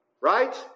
Right